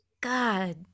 God